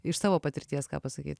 iš savo patirties ką pasakyt